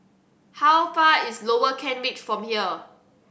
how far is Lower Kent Ridge Road from here